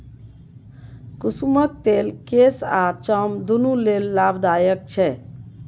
कुसुमक तेल केस आ चाम दुनु लेल लाभदायक छै